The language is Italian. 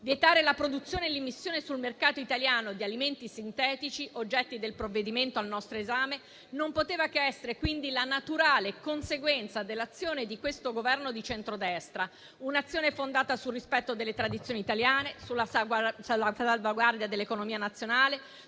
Vietare la produzione e l'immissione sul mercato italiano di alimenti sintetici, oggetti del provvedimento al nostro esame, non poteva che essere quindi la naturale conseguenza dell'azione di questo Governo di centrodestra. Un'azione fondata sul rispetto delle tradizioni italiane, sulla salvaguardia dell'economia nazionale,